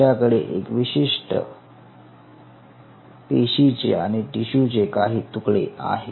तुमच्याकडे एका पेशीचे आणि टिशूचे काही तुकडे आहेत